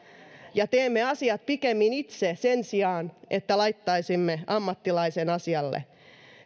ja teemme asiat pikemmin itse sen sijaan että laittaisimme ammattilaisen asialle